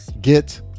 get